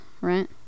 right